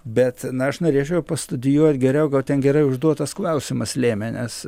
bet na aš norėčiau pastudijuot geriau gal ten gerai užduotas klausimas lėmė nes